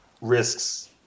risks